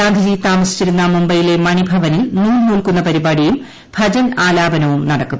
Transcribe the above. ഗാന്ധിജി താമസിച്ചിരുന്ന മുംബൈയിലെ മണി ഭവനിൽ നൂൽനൂക്കുന്ന പരിപാടിയും ഭജൻ ആലാപനവും നടക്കും